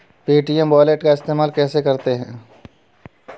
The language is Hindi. पे.टी.एम वॉलेट का इस्तेमाल कैसे करते हैं?